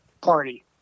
party